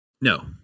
No